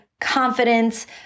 confidence